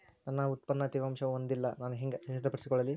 ನನ್ನ ಉತ್ಪನ್ನ ತೇವಾಂಶವನ್ನು ಹೊಂದಿಲ್ಲಾ ನಾನು ಹೆಂಗ್ ಖಚಿತಪಡಿಸಿಕೊಳ್ಳಲಿ?